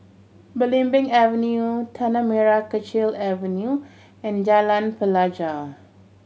Belimbing Avenue Tanah Merah Kechil Avenue and Jalan Pelajau